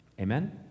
Amen